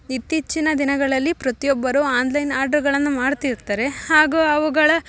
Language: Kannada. ಇತ್ತೀಚಿನ ದಿನಗಳಲ್ಲಿ ಪ್ರತಿಯೊಬ್ಬರೂ ಆನ್ಲೈನ್ ಆರ್ಡ್ರ್ಗಳನ್ನ ಮಾಡ್ತಿರ್ತಾರೆ ಹಾಗೂ ಅವುಗಳ